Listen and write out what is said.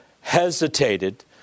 hesitated